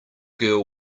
girl